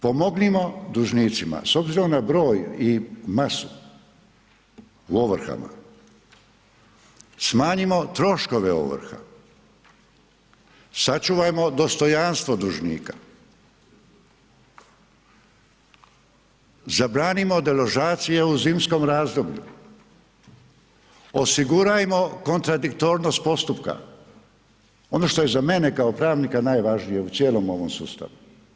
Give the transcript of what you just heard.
Pomognimo dužnicima s obzirom na broj i masu u ovrhama, smanjimo troškove ovrha, sačuvajmo dostojanstvo dužnika, zabranimo deložacije u zimskom razdoblju, osigurajmo kontradiktornost postupka, ono što je za mene kao pravnika najvažnije u cijelom ovom sustavu.